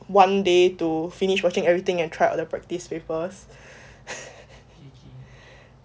one day to finish watching everything and track the practice papers